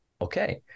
okay